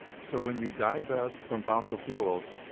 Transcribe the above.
so when you divest from fossil fuels,